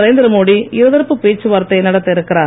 நரேந்திரமோடி இருதரப்பு பேச்சுவார்த்தை நடத்த இருக்கிறார்